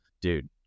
dude